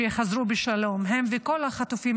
שיחזרו בשלום הם וכל החטופים,